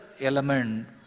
element